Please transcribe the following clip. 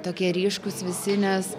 tokie ryškūs visi nes